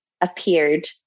appeared